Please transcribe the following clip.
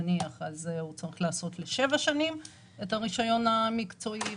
אז הוא צריך לעשות את הרישיון המקצועי ל-7 שנים,